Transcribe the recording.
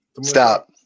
Stop